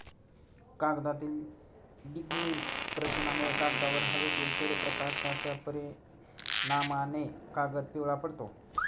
कागदातील लिग्निन प्रथिनांमुळे, कागदावर हवेतील सूर्यप्रकाशाच्या परिणामाने कागद पिवळा पडतो